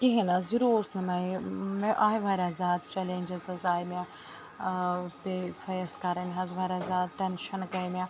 کِہیٖنۍ نَہ حظ یہِ روٗز نہٕ مےٚ یہِ مےٚ آیہِ واریاہ زیادٕ چیٚلینجِز حظ آیہِ مےٚ ٲں پیٚے فیس کَرٕنۍ حظ واریاہ زیادٕ ٹیٚنشَن گٔے مےٚ